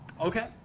Okay